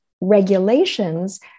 regulations